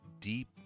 deep